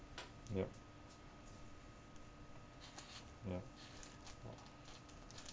yup ya